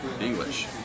English